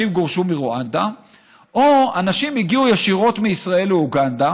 גורשו מרואנדה או אנשים שהגיעו ישירות מישראל לאוגנדה